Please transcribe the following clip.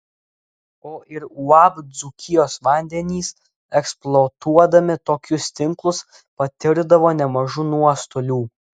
o ir uab dzūkijos vandenys eksploatuodami tokius tinklus patirdavo nemažų nuostolių